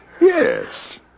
yes